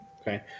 Okay